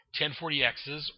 1040xs